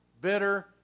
bitter